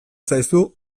zaizu